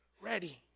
ready